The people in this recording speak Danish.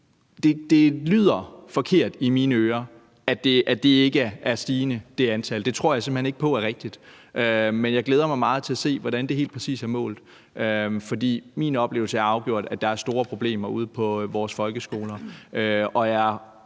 det lyder forkert i mine ører, at det antal ikke er stigende. Det tror jeg simpelt hen ikke på er rigtigt. Men jeg glæder mig meget til at se, hvordan det helt præcis er målt, for min oplevelse er afgjort, at der er store problemer ude på vores folkeskoler,